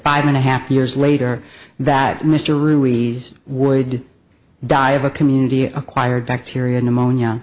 five and a half years later that mr ruiz would die of a community acquired bacteria pneumonia